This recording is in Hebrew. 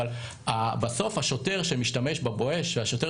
אבל בסוף השוטר שמשתמש ב"בואש" והשוטר